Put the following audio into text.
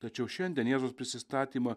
tačiau šiandien jėzaus prisistatymą